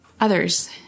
others